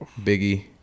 Biggie